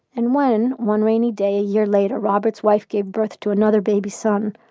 and when, one rainy day a year later, robert's wife gave birth to another baby son,